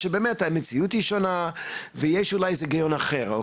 שבאמת המציאות היא שונה ויש אולי איזה היגיון אחר בעניין,